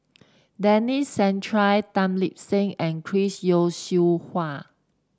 Denis Santry Tan Lip Seng and Chris Yeo Siew Hua